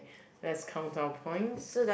let's count our points